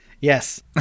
Yes